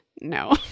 no